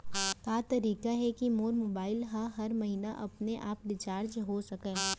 का तरीका हे कि मोर मोबाइल ह हर महीना अपने आप रिचार्ज हो सकय?